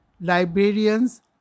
librarians